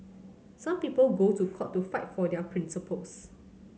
some people go to court to fight for their principles